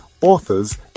authors